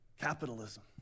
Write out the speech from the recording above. capitalism